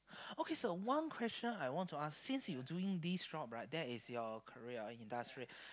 okay so one question I want to ask since you doing this job right that is your career your industry